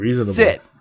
sit